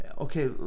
okay